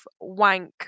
wank